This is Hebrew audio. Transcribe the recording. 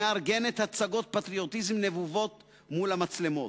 מארגנת הצגות פטריוטיזם נבובות מול המצלמות.